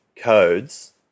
codes